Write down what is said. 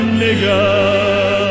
nigger